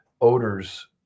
odors